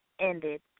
ended